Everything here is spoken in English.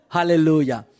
Hallelujah